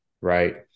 right